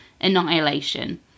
annihilation